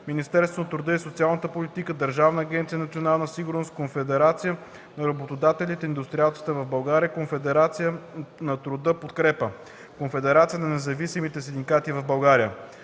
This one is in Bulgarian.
Министерството на труда и социалната политика, Държавна агенция „Национална сигурност”, Конфедерация на работодателите и индустриалците в България, Конфедерация на труда „Подкрепа”, Конфедерация на независимите синдикати в България.